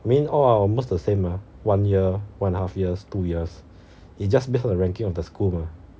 I mean all are almost the same mah one year one half years two years it just base on a ranking of the school mah